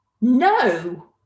No